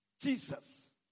Jesus